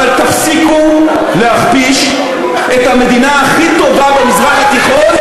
אבל תפסיקו להכפיש את המדינה הכי טובה במזרח התיכון,